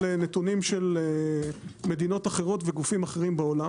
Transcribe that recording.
נתונים של מדינות אחרות וגופים אחרים בעולם,